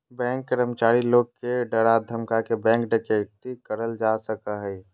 bank कर्मचारी लोग के डरा धमका के बैंक डकैती करल जा सका हय